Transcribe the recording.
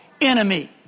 enemy